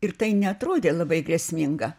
ir tai neatrodė labai grėsminga